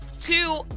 Two